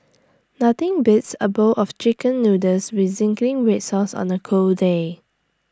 nothing beats A bowl of Chicken Noodles with Zingy Red Sauce on A cold day